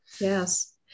yes